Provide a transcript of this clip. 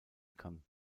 kann